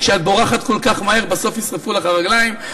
כי כשאת בורחת כל כך מהר בסוף יישרפו לך הרגליים,